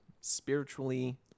spiritually